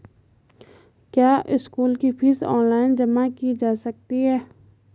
क्या school fees online जमा की जा सकती है?